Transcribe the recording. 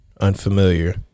unfamiliar